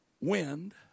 wind